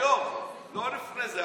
היום, לא לפני זה.